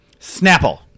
Snapple